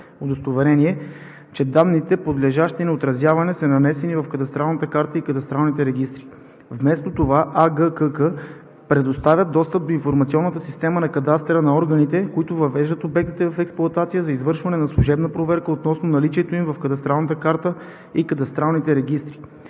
удостоверение, че данните, подлежащи на отразяване, са нанесени в кадастралната карта и кадастралните регистри. Вместо това Агенцията по геодезия, картография и кадастър предоставя достъп до информационната система на кадастъра на органите, които въвеждат обектите в експлоатация, за извършване на служебна проверка относно наличието им в кадастралната карта и кадастралните регистри.